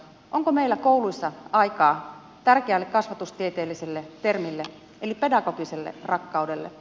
onko meillä kouluissa aikaa tärkeälle kasvatustieteelliselle termille eli pedagogiselle rakkaudelle